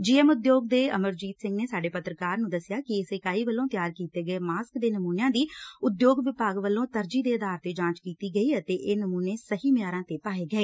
ਜੀ ਐਮ ਉਦਯੋਗ ਦੇ ਅਮਰਜੀਤ ਸਿੰਘ ਨੇ ਸਾਡੇ ਪੱਤਰਕਾਰ ਨੂੰ ਦਸਿਆ ਕਿ ਇਸ ਇਕਾਈ ਵੱਲੋਂ ਤਿਆਰ ਕੀਤੇ ਮਾਸਕ ਦੇ ਨਮੁਨਿਆਂ ਦੀ ਉਦਯੋਗ ਵਿਭਾਗ ਵੱਲੋਂ ਤਰਜ਼ੀਹ ਦੇ ਆਧਾਰ ਤੇ ਜਾਂਚ ਕੀਤੀ ਗਈ ਅਤੇ ਇਹ ਨਮੁਨੇ ਸਹੀ ਮਿਆਰਾਂ ਤੇ ਪਾਏ ਗਏ